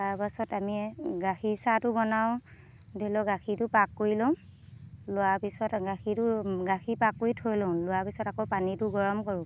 তাৰ পাছত আমি গাখীৰ চাহটো বনাওঁ ধৰি লওক গাখীৰটো পাক কৰি লওঁ লোৱাৰ পিছত গাখীৰটো গাখীৰ পাক কৰি থৈ লওঁ লোৱা পিছত আকৌ পানীটো গৰম কৰোঁ